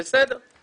בסדר.